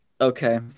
Okay